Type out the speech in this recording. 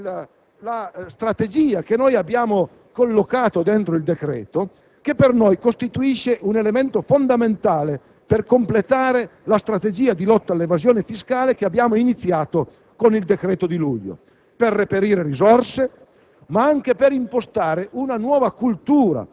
che ci ha impegnati a lungo: la strategia che abbiamo collocato nel decreto, che per noi costituisce un elemento fondamentale per completare la strategia di lotta all'evasione fiscale, iniziata con il decreto di luglio per reperire risorse,